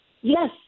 yes